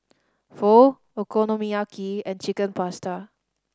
Pho Okonomiyaki and Chicken Pasta